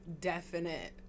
definite